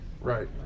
Right